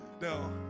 No